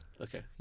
Okay